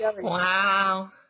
Wow